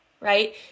right